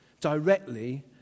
directly